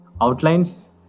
outlines